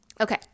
Okay